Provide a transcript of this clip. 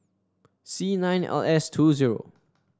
C nine L S two zero